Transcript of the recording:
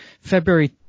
February